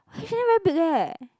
H and M very big leh